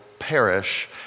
perish